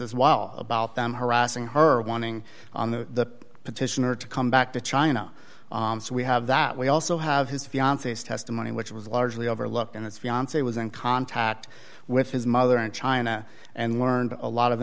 as well about them harassing her wanting on the petitioner to come back to china so we have that we also have his fiance's testimony which was largely overlooked and his fiance was in contact with his mother in china and learned a lot of